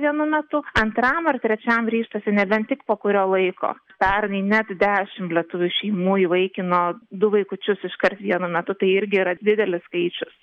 vienu metu antram ar trečiam ryžtasi nebent tik po kurio laiko pernai net dešim lietuvių šeimų įvaikino du vaikučius iškart vienu metu tai irgi yra didelis skaičius